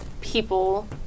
People